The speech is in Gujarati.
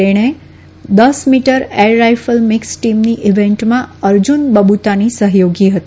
તેણી દસ મીટર એર રાયફલ મીકસ ટીમના ઈવેન્ટમાં અર્જુન બબુતાની સહયોગી હતી